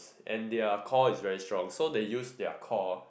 and their core is very strong so they use their core